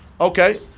Okay